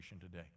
today